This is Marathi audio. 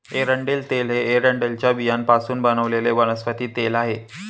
एरंडेल तेल हे एरंडेलच्या बियांपासून बनवलेले वनस्पती तेल आहे